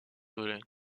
velin